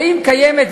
האם קיימת,